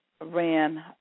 ran